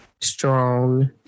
strong